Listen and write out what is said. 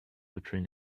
between